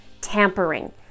tampering